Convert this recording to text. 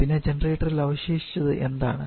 പിന്നെ ജനറേറ്ററിൽ അവശേഷിച്ചത് എന്താണ്